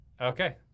okay